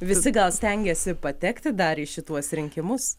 visi gal stengiasi patekti dar į šituos rinkimus